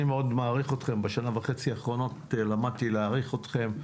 אני מאוד מעריך אתכם בשנה וחצי האחרונות למדתי להעריך אתכם,